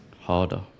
harder